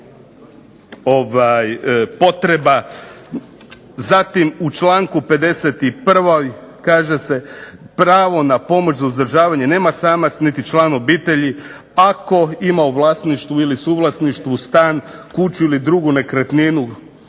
Zatim u članku 51. kaže se pravo na pomoć za uzdržavanje nema samac niti član obitelji ako ima u vlasništvu ili suvlasništvu stan, kuću ili drugu nekretninu